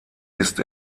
ist